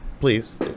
please